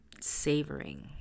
savoring